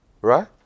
Right